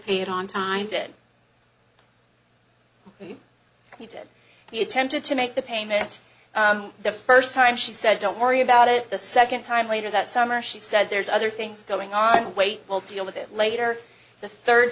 it on time did he did he attempted to make the payment the first time she said don't worry about it the second time later that summer she said there's other things going on weight will deal with it later the third